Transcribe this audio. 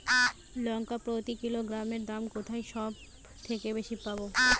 লঙ্কা প্রতি কিলোগ্রামে দাম কোথায় সব থেকে বেশি পাব?